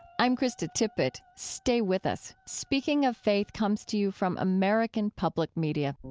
i'm krista tippett. stay with us. speaking of faith comes to you from american public media